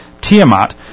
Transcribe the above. Tiamat